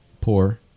poor